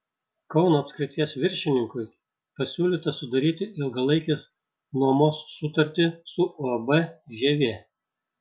kauno apskrities viršininkui pasiūlyta sudaryti ilgalaikės nuomos sutartį su uab žievė